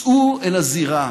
צאו אל הזירה,